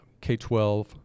K-12